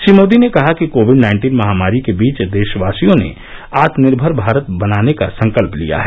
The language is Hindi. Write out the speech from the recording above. श्री मोदी ने कहा कि कोविड नाइन्टीन महामारी के बीच देशवासियों ने आत्मनिर्भर भारत बनाने का संकल्प लिया है